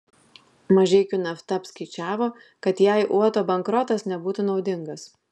mažeikių nafta apskaičiavo kad jai uoto bankrotas nebūtų naudingas